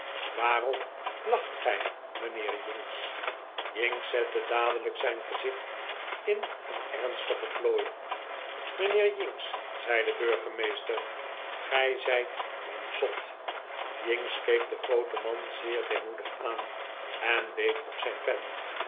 waarom lacht gij mijnheer jinks jinks zette dadelijk zijn gezicht in een ernstige plooi mijnheer jinks zei de burgemeester gij zijt een zot jinks keek den grooten man zeer de'emoedig aan en beet op zijn pen